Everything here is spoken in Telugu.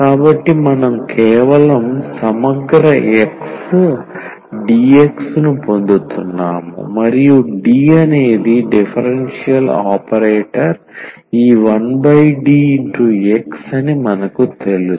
కాబట్టి మనం కేవలం సమగ్ర X dx ను పొందుతున్నాము మరియు D అనేది డిఫరెన్షియల్ ఆపరేటర్ ఈ 1DX అని మనకు తెలుసు